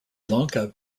lanka